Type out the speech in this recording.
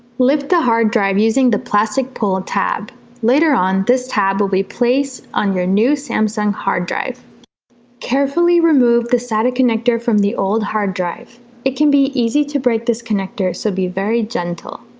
lift the hard drive using the plastic pull tab later on this tab will be placed on your new samsung hard drive carefully remove the sata connector from the old hard drive it can be easy to break this connector so be very gentle